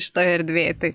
šitoj erdvėj tai